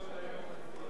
מכובדי,